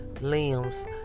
limbs